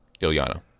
Ilyana